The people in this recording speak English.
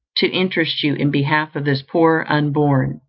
to interest you in behalf of this poor unborn,